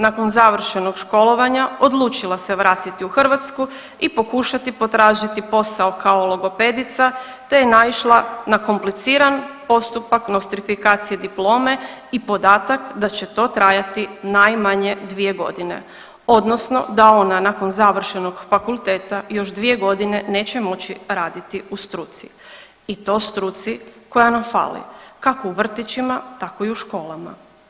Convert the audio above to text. Nakon završenog školovanja odlučila se vratiti u Hrvatsku i pokušati potražiti posao kao logopedica, te je naišla na kompliciran postupak nostrifikacije diplome i podatak da će to trajati najmanje dvije godine, odnosno da ona nakon završenog fakulteta još dvije godine neće moći raditi u struci i to struci koja nam fali kako u vrtićima, tako i u školama.